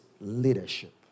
leadership